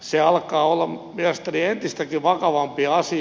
se alkaa olla mielestäni entistäkin vakavampi asia